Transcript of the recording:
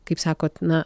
kaip sakot na